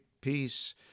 Peace